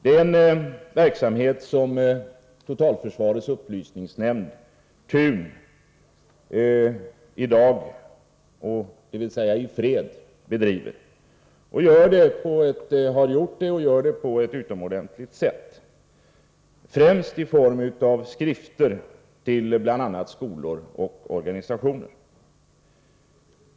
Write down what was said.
Det är en verksamhet som totalförsvarets upplysningsnämnd i dag, dvs. i fred, bedriver — den har gjort det och gör det på ett utomordentligt sätt — främst i form av skrifter till bl.a. skolor och organisationer.